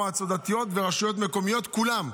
מועצות דתיות ורשויות מקומיות, כולם.